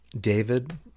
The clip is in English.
David